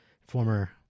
former